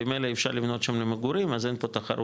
במלא אי אפשר לבנות שם למגורים אז אין תחרות